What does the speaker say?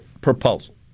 proposal